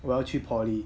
我要去 poly